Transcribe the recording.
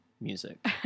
music